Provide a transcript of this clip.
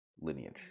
lineage